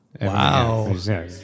Wow